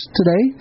today